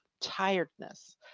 tiredness